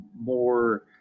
more